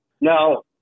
Now